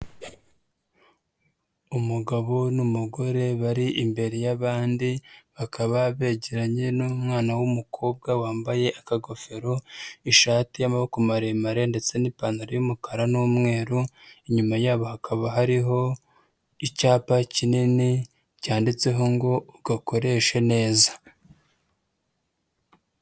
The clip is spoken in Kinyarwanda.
Umugabo n'umugore bari imbere y'abandi bakaba begeranye n'umwana w'umukobwa wambaye akagofero, ishati y'amaboko maremare ndetse n'ipantaro y'umukara n'umweru, inyuma yabo hakaba hariho icyapa kinini cyanditseho ngo ugakoreshe neza.